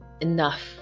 enough